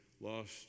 Lost